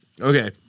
Okay